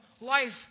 life